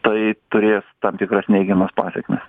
tai turės tam tikras neigiamas pasekmes